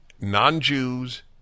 non-Jews